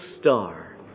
star